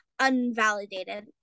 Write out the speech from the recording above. unvalidated